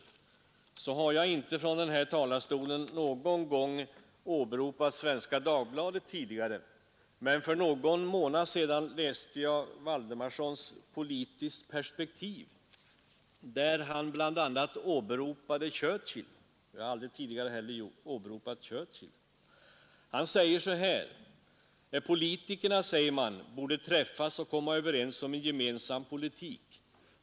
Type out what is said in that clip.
Från denna talarstol har jag inte någon gång tidigare åberopat Svenska Dagbladet, men för någon månad sedan läste jag Waldemarsons ”Politiskt perspektiv”. Han återgav där något som Churchill en gång sagt. Jag har aldrig heller åberopat Churchill, men nu skall jag göra det. Han sade: ”Politikerna, säger man, borde träffas och komma överens om en gemensam politik.